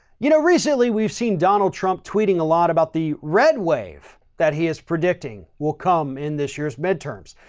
you know, recently we've seen donald trump tweeting a lot about the red wave that he is predicting will come in this year's midterms,